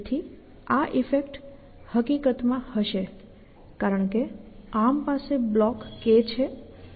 તેથી આ ઈફેક્ટ હકીકતમાં હશે કારણ કે આર્મ પાસે બ્લોક K છે